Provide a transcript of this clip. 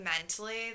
mentally